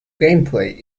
gameplay